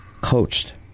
coached